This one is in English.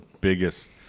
biggest